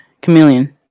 Chameleon